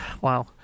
wow